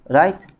right